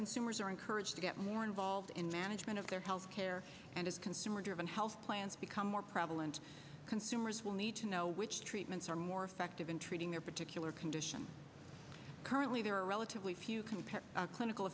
consumers are encouraged to get more involved in management of their health care and as consumer driven health plans become more prevalent consumers will need to know which treatments are more effective in treating their particular condition currently there are relatively few compared clinical